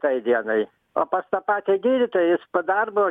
tai dienai o pas tą patį gydytoją jis po darbo